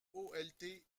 polt